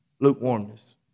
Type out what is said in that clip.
Lukewarmness